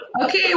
Okay